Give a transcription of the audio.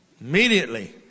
immediately